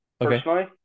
personally